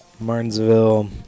Martinsville